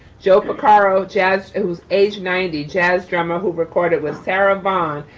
joe porcaro jazz who's age ninety jazz drummer who recorded with sarah vaughan,